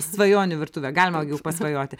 svajonių virtuvę galima pasvajoti